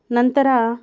ನಂತರ